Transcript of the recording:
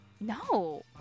No